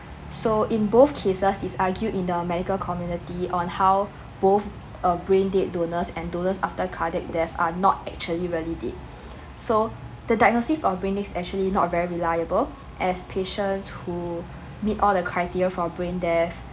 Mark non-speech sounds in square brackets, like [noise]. so in both cases is argued in the medical community on how [breath] both uh brain death donor and donors after cardiac death are not actually validated [breath] so the diagnosis on brain death is actually not very reliable [breath] and as patients who meet all the criteria for brain death